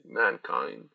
mankind